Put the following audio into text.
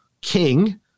King